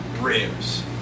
Ribs